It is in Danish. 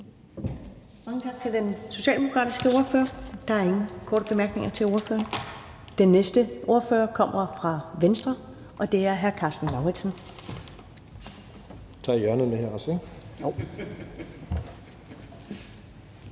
Mange tak til den socialdemokratiske ordfører. Der er ingen korte bemærkninger til ordføreren. Den næste ordfører kommer fra Venstre, og det er hr. Karsten Lauritzen. Velkommen. Kl.